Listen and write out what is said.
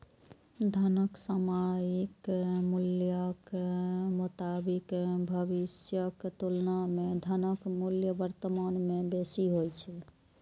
धनक सामयिक मूल्यक मोताबिक भविष्यक तुलना मे धनक मूल्य वर्तमान मे बेसी होइ छै